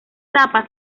etapa